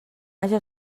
haja